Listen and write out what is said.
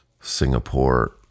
Singapore